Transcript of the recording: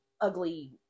ugly